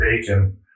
bacon